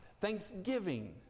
thanksgiving